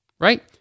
Right